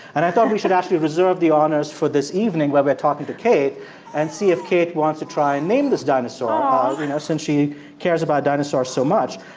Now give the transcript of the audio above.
and i thought we should actually reserve the honors for this evening where we're talking to kate and see if kate wants to try and name this dinosaur, ah you know, since she cares about dinosaurs so much.